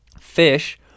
Fish